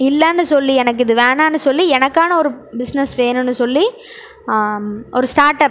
இல்லைன்னு சொல்லி எனக்கு இது வேணாம்ன்னு சொல்லி எனக்கான ஒரு பிஸ்னஸ் வேணும்ன்னு சொல்லி ஒரு ஸ்டார்ட் அப்